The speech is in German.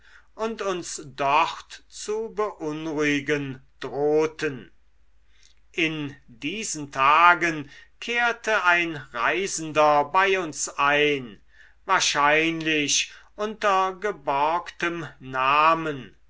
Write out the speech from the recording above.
und uns dort zu beunruhigen drohten in diesen tagen kehrte ein reisender bei uns ein wahrscheinlich unter geborgtem namen